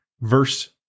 verse